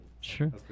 Sure